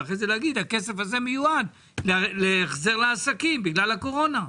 ואחרי זה להגיד שהכסף הזה מיועד להחזר לעסקים בגלל הקורונה.